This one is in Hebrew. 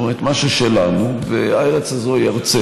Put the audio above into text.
אז גם כל התיאוריות הנובעות מהדבר הזה הן כמובן מגוחכות.